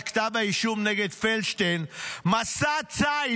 את כתב האישום נגד פלדשטיין "מסע ציד",